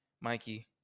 Mikey